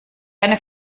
eine